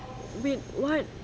wait what